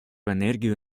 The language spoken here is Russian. энергию